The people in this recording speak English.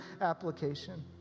application